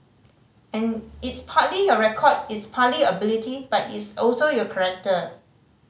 and it's partly your record it's partly your ability but it's also your character